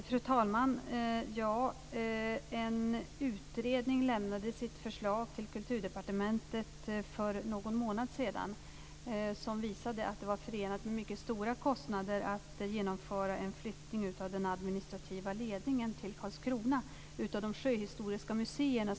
Fru talman! En utredning lämnade sitt förslag till Kulturdepartementet för någon månad sedan. Det visade att det var förenat med mycket stora kostnader att genomföra en flyttning av den administrativa ledningen till Karlskrona när det gäller de sjöhistoriska museerna.